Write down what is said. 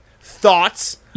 thoughts